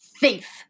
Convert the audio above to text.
Thief